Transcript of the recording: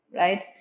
right